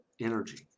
energy